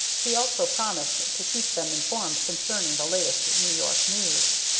he also promised to keep them informed concerning the latest new york news.